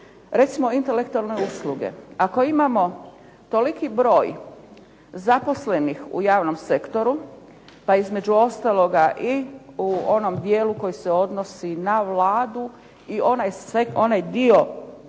Recimo intelektualne usluge. Ako imamo toliki broj zaposlenih u javnom sektoru, pa između ostaloga i u onom dijelu koji se odnosi na Vladu i onaj dio